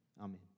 Amen